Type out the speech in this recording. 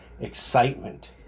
excitement